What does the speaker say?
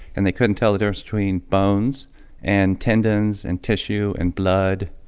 and they couldn't tell the difference between bones and tendons and tissue and blood.